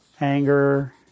Anger